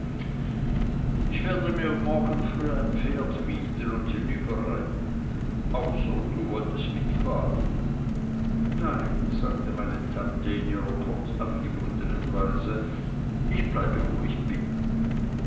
ich werde mir morgen früh ein pferd mieten und hinüber reiten außer du wolltest mitfahren nein sagte meine tante in ihrer kurz angebundnen weise ich bleibe wo ich bin